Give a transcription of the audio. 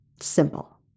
Simple